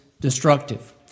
destructive